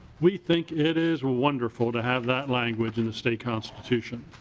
we think it is wonderful to have that language in the state constitution.